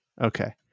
okay